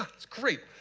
ah it's great!